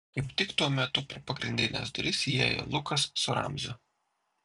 kaip tik tuo metu pro pagrindines duris įėjo lukas su ramziu